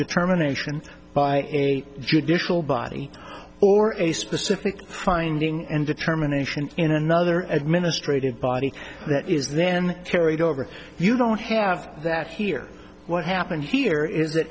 determination by a judicial body or a specific finding and determination in another administrative body that is then carried over you don't have that here what happened here is that